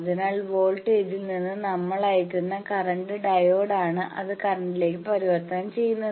അതിനാൽ വോൾട്ടേജിൽ നിന്ന് നമ്മൾ അയയ്ക്കുന്ന കറന്റ് ഡയോഡാണ് അത് കറന്റിലേക്ക് പരിവർത്തനം ചെയ്യുന്നത്